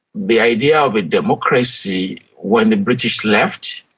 the idea of a democracy when the british left,